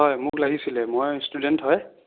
হয় মোক লাগিছিলে মই ষ্টুডেণ্ট হয়